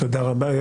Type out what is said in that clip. תודה רבה.